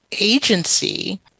agency